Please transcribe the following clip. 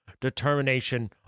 determination